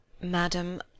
madam